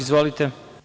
Izvolite.